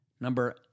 Number